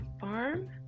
farm